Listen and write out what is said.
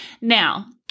Now